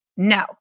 No